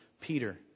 Peter